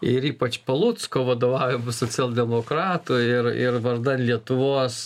ir ypač palucko vadovaujamų socialdemokratų ir ir vardan lietuvos